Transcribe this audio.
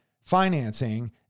financing